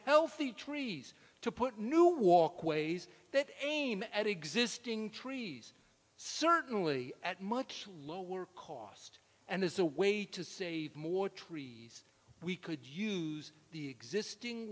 healthy trees to put new walkways that aim at existing trees certainly at much lower cost and as a way to save more trees we could use the existing